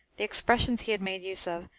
the expressions he had made use of,